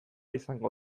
izango